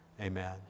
amen